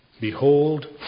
Behold